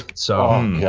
so. yeah